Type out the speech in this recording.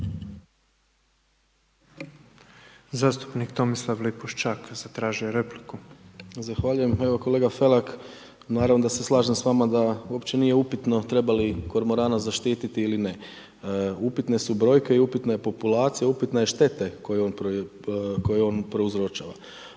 Zastupnik Tomislav Lipošćak zatražio je repliku. **Lipošćak, Tomislav (HDZ)** Zahvaljujem kolega Felak. Naravno da se slažem s vama da uopće nije upitno treba li kormorana zaštiti ili ne. Upitne su brojke i upitna je populacija i upitna je šteta koje on prouzrokuje.